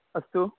अस्तु